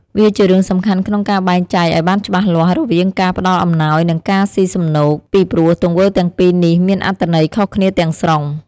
វាជារឿងសំខាន់ក្នុងការបែងចែកឱ្យបានច្បាស់លាស់រវាងការ ផ្ដល់អំណោយ និងការស៊ីសំណូក ពីព្រោះទង្វើទាំងពីរនេះមានអត្ថន័យខុសគ្នាទាំងស្រុង។